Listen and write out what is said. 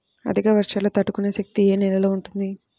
అధిక వర్షాలు తట్టుకునే శక్తి ఏ నేలలో ఉంటుంది?